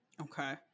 okay